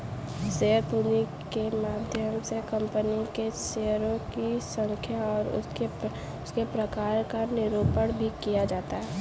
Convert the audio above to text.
share पूंजी के माध्यम से कंपनी के शेयरों की संख्या और उसके प्रकार का निरूपण भी किया जाता है